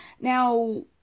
Now